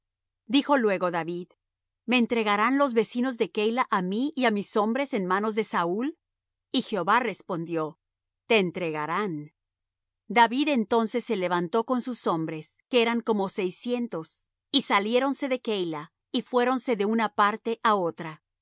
dijo luego david me entregarán los vecinos de keila á mí y á mis hombres en manos de saúl y jehová respondió te entregarán david entonces se levantó con sus hombres que eran como seiscientos y saliéronse de keila y fuéronse de una parte á otra